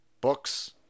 books